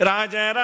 Raja